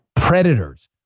predators